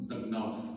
enough